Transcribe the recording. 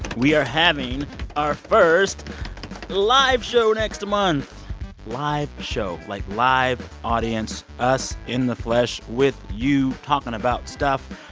we are having our first live show next month live show, like, live audience us in the flesh with you talking about stuff.